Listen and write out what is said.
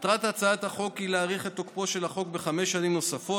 מטרת הצעת החוק היא להאריך את תוקפו של החוק בחמש שנים נוספות,